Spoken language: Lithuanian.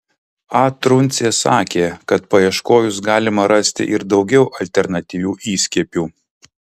a truncė sakė kad paieškojus galima rasti ir daugiau alternatyvių įskiepių